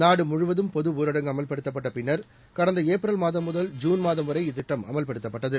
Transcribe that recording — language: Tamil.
நாடுமுழுவதும் பொது ஊரடங்கு அமவ்படுத்தப்பட்ட பின்னர் கடந்த ஏப்ரல் மாதம் முதல் ஜுன் மாதம் வரை இத்திட்டம் அமல்படுத்தப்பட்டது